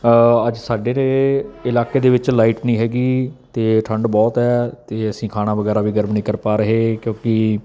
ਅੱਜ ਸਾਡੇ ਇਲਾਕੇ ਦੇ ਵਿੱਚ ਲਾਈਟ ਨਹੀਂ ਹੈਗੀ ਅਤੇ ਠੰਡ ਬਹੁਤ ਹੈ 'ਤੇ ਅਸੀਂ ਖਾਣਾ ਵਗੈਰਾ ਵੀ ਗਰਮ ਨਹੀਂ ਕਰ ਪਾ ਰਹੇ ਕਿਉਂਕਿ